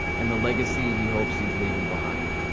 and the legacy he hopes he's leaving behind.